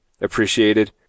appreciated